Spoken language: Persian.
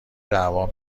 دعوام